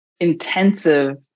Intensive